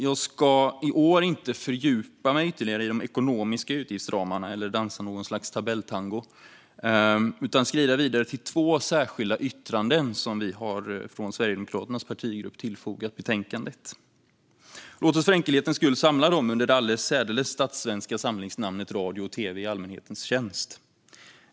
Jag ska i år inte fördjupa mig ytterligare i de ekonomiska utgiftsramarna eller dansa något slags tabelltango utan skrida vidare till två särskilda yttranden som vi från Sverigedemokraternas partigrupp har tillfogat betänkandet. Låt oss för enkelhetens skull samla dem under det alldeles särdeles statssvenska samlingsnamnet "radio och tv i allmänhetens tjänst".